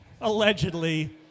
Allegedly